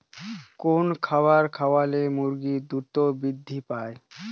কোন খাবার খাওয়ালে মুরগি দ্রুত বৃদ্ধি পায়?